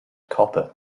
copper